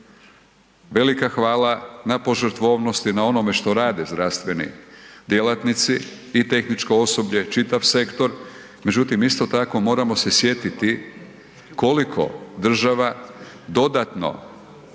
Velika hvala na požrtvovnosti, na onome što rade zdravstveni djelatnici i tehničko osoblje, čitav sektor. Međutim, isto tako moramo se sjetiti koliko država dodatno